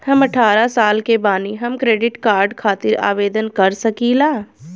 हम अठारह साल के बानी हम क्रेडिट कार्ड खातिर आवेदन कर सकीला?